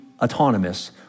autonomous